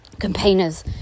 campaigners